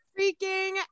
freaking